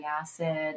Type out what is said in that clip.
acid